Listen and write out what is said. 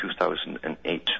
2008